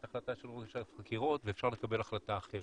החלטה של ראש אגף חקירות ואפשר לקבל החלטה אחרת.